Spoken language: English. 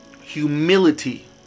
Humility